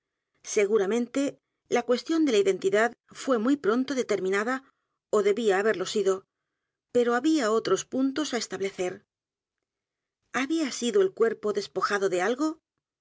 seguramente la cuestión d e la identidad fué muy pronto determinada ó debía haberlo sido pero había otros puntos á establecer h a b í a sido el cuerpo despojado de algo